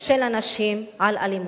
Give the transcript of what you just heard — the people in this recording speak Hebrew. של נשים על אלימות.